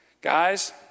Guys